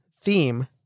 theme